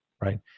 Right